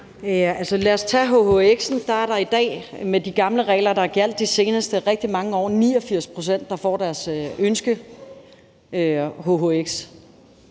Lad os tage hhx'en. Der er der i dag med de gamle regler, der har gjaldt de seneste rigtig mange år, 89 pct., der får deres ønske